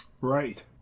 right